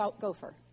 gopher